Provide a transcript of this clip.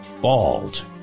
bald